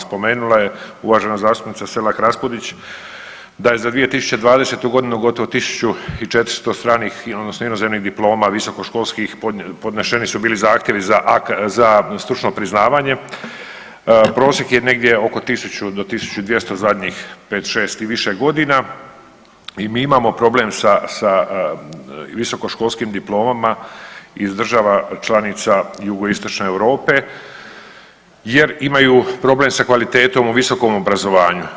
Spomenula je uvažena zastupnica Selak Raspudić da je za 2020.g. gotovo 1400 stranih odnosno inozemnih diploma visokoškolskih, podneseni su bili zahtjevi za stručno priznavanje, prosjek je negdje oko 1000 do 1200 zadnjih 5-6 i više godina i mi imamo problem sa, sa visokoškolskim diplomama iz država članica jugoistočne Europe jer imaju problem sa kvalitetom u visokom obrazovanju.